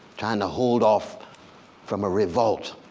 trying to hold off from a revolt,